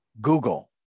Google